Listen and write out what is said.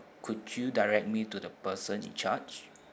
could you direct me to the person in charge